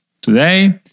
today